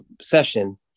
session